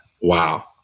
wow